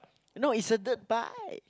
no is a dirt bike